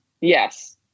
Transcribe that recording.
Yes